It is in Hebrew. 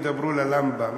ידברו ללמפה,